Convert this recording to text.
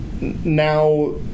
now